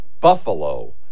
Buffalo